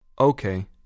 Okay